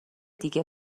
دیگه